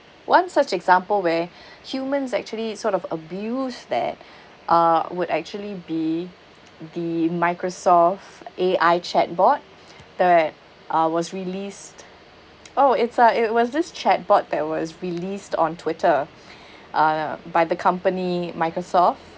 one such example where humans actually sort of abuse that uh would actually be the microsoft A_I chatbot that uh was released oh it's uh it was this chatbot that was released on twitter uh by the company Microsoft